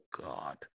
God